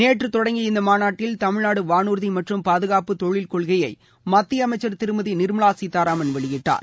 நேற்று தொடங்கிய இந்த மாநாட்டில் தமிழ்நாடு வானுர்தி மற்றும் பாதுகாப்பு தொழில் கொள்கையை மத்திய அமைச்சர் திருமதி நிர்மலா சீதாராமன் வெளியிட்டார்